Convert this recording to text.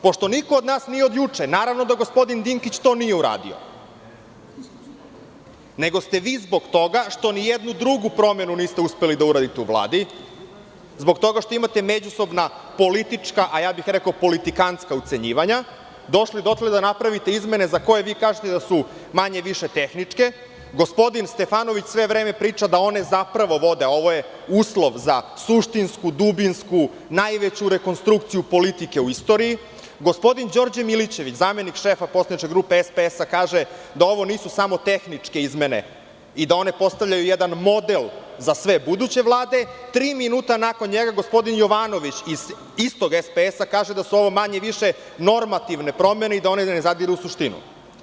Pošto niko od nas nije od juče, naravno da gospodin Dinkić to nije uradio, nego ste vi zbog toga što nijednu drugu promenu niste uspeli da uradite u Vladi, zbog toga što imate međusobna politička, a ja bih rekao politikantska ucenjivanja, došli dotle da napravite izmene za koje vi kažete da su manje-više tehničke, gospodin Stefanović sve vreme priča da one zapravo vode, ovo je uslov za suštinsku, dubinsku, najveću rekonstrukciju politike u istoriji, gospodin Đorđe Milićević, zamenik šefa poslaničke grupe SPS kaže da ovo nisu samo tehničke izmene i da one postavljaju jedan model za sve buduće vlade, tri minuta nakon njega gospodin Jovanović iz istog SPS kaže, da su ovo manje-više normativne promene i da one ne zadiru u suštinu.